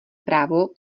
právo